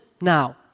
now